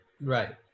Right